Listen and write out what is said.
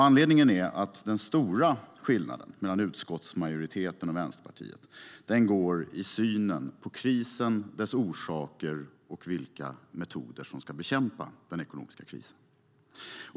Anledningen är att den stora skillnaden mellan utskottsmajoriteten och Vänsterpartiet går i synen på krisen, dess orsaker och vilka metoder som ska användas för att bekämpa den ekonomiska krisen.